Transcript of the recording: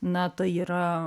na tai yra